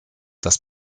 das